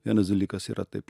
vienas dalykas yra taip